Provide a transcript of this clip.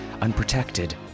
unprotected